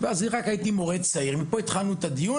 בזמנו הייתי מורה צעיר ושם בעצם התחלנו לנהל דיון